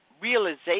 realization